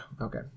Okay